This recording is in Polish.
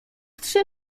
trzy